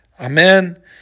Amen